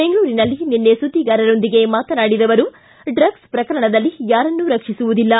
ಬೆಂಗಳೂರಿನಲ್ಲಿ ನಿನ್ನೆ ಸುದ್ದಿಗಾರರೊಂದಿಗೆ ಮಾತನಾಡಿದ ಅವರು ಡ್ರಗ್ಲ್ ಪ್ರಕರಣದಲ್ಲಿ ಯಾರನ್ನೂ ರಕ್ಷಿಸುವುದಿಲ್ಲ